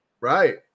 Right